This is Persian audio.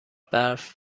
برف